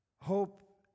Hope